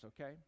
okay